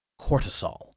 cortisol